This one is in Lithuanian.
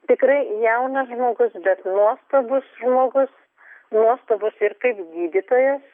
tikrai jaunas žmogus bet nuostabus žmogus nuostabus ir kaip gydytojas